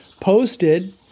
posted